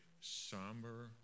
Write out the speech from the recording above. somber